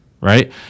right